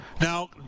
Now